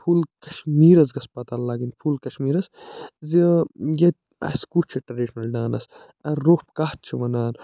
full Kashmiris گژھِ پتا لَگٕنۍ فُل کَشمیٖرَس زِ ییٚتہِ اَسہِ کُس چھِ ٹریڈشَنَل ڈانَس روٚف کَتھ چھِ وَنان